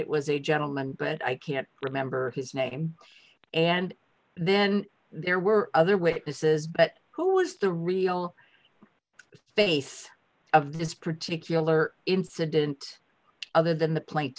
it was a gentleman but i can't remember his name and then there were other witnesses but who was the real space of this particular incident other than the plaint